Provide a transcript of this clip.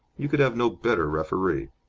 you could have no better referee.